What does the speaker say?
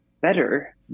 better